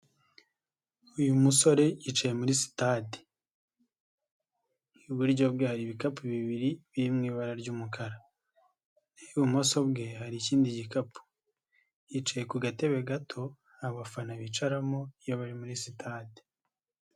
Uyu musore yicaye muri sitade. Iburyo bwe hari ibikapu bibiri biri mu ibara ry'umukara. Ibumoso bwe hari ikindi gikapu. Yicaye ku gatebe gato, abafana bicaramo, iyo bari muri sitade.